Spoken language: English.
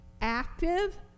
Active